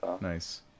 Nice